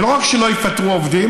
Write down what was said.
ולא רק שלא יפטרו עובדים,